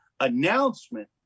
Announcement